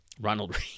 Ronald